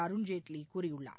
அருண் ஜேட்லி கூறியுள்ளார்